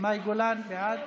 מאי גולן, בעד,